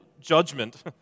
judgment